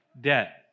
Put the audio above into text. debt